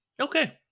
okay